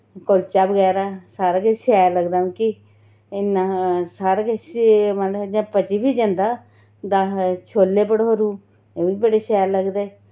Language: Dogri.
कुल्चा बगैरा सारा किश शैल लगदा मिकी इन्ना सारा किश ही मतलब के पची बी जंदा दा छोले भठोरू ओह् बी बड़े शैल लगदे